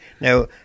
Now